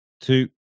two